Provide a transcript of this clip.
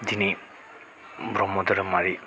दिनै ब्रह्म धोरोमारि